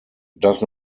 does